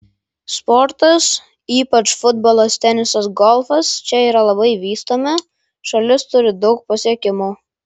sportas ypač futbolas tenisas golfas čia yra labai vystomi šalis turi daug pasiekimų